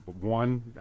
one